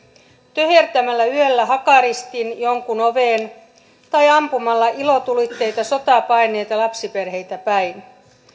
töhertämällä yöllä hakaristin jonkun oveen tai ampumalla ilotulitteita sotaa paenneita lapsiperheitä päin